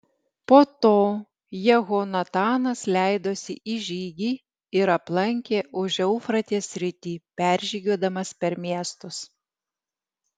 po to jehonatanas leidosi į žygį ir aplankė užeufratės sritį peržygiuodamas per miestus